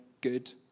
good